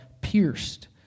pierced